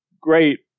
great